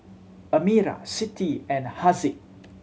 Amirah Siti and Haziq